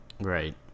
Right